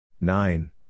Nine